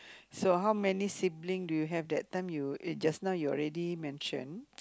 so how many sibling do you have that time you eh just now you already mention